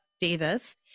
Davis